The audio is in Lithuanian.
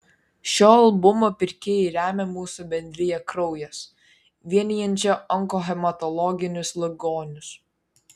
šio albumo pirkėjai remia mūsų bendriją kraujas vienijančią onkohematologinius ligonius